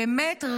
באמת,